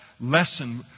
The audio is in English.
lesson